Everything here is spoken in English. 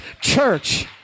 church